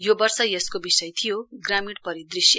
यो वर्ष यसको विषय थियो ग्रामीण परिदृश्य